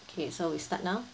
okay so we start now